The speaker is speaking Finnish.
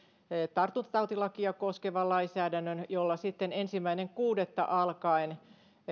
tartuntatautilakia koskevan lainsäädännön jolla sitten ensimmäinen kuudetta alkaen